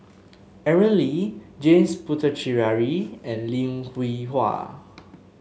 Aaron Lee James Puthucheary and Lim Hwee Hua